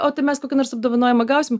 o tai mes kokį nors apdovanojimą gausim